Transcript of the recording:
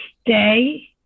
stay